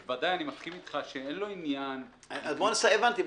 שבוודאי, אני מסכים אתך, אין לו עניין- -- הבנתי.